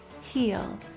heal